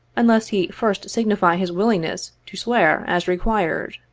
unless he first signify his willingness to swear as required.